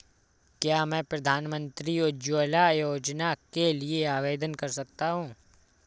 क्या मैं प्रधानमंत्री उज्ज्वला योजना के लिए आवेदन कर सकता हूँ?